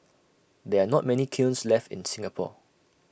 there are not many kilns left in Singapore